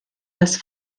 das